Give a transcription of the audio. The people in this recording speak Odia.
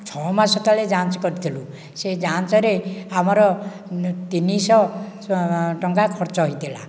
ଛଅ ମାସ ତଳେ ଯାଞ୍ଚ୍ କରିଥିଲୁ ସେ ଯାଞ୍ଚରେ ଆମର ନ ତିନିଶହ ଟଙ୍କା ଖର୍ଚ୍ଚ ହେଇଥିଲା